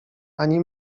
ani